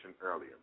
earlier